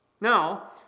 Now